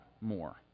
more